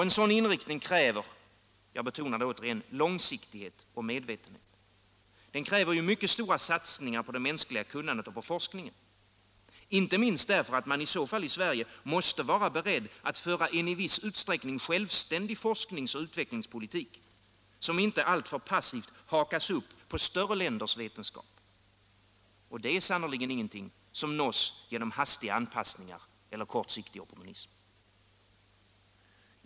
En sådan inriktning kräver — jag betonar det återigen — långsiktighet och medvetenhet. Den kräver mycket stora satsningar på det mänskliga kunnandet och på forskningen, inte minst därför att man i så fall i Sverige måste vara beredd att föra en i viss utsträckning självständig forsknings och utvecklingspolitik, som inte för passivt hakas upp på större länders vetenskap. Detta är sannerligen ingenting som nås genom hastiga anpassningar eller kortsiktig opportunism.